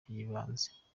by’ibanze